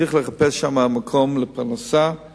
צריך לחפש שם מקום לפרנסה,